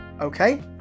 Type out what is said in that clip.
okay